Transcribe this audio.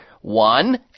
one